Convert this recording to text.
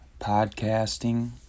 podcasting